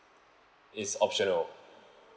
it's optional